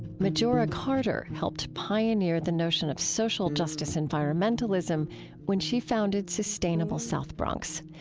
majora carter helped pioneer the notion of social justice environmentalism when she founded sustainable south bronx.